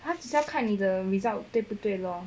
他只是要看你的 result 对不对 lor